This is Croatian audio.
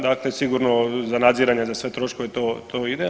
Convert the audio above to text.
Dakle sigurno za nadziranje za sve troškove, to, to ide.